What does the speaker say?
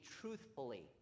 truthfully